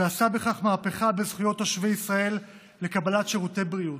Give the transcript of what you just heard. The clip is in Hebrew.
ועשה בכך מהפכה בזכויות תושבי ישראל לקבלת שירותי בריאות.